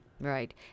Right